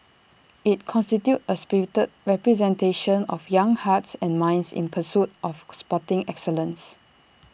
IT constitutes A spirited representation of young hearts and minds in pursuit of sporting excellence